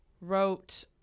wrote